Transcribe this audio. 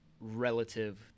relative